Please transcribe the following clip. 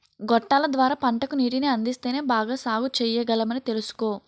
గొట్టాల ద్వార పంటకు నీటిని అందిస్తేనే బాగా సాగుచెయ్యగలమని తెలుసుకో